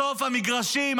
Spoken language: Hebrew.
בסוף המגרשים,